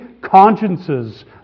consciences